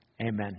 Amen